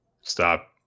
Stop